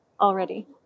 already